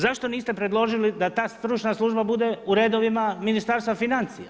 Zašto niste predložili da ta stručna služba bude u redovima Ministarstva financija?